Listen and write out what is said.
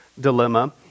dilemma